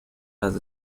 las